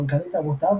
מנכ״לית העמותה,